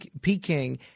Peking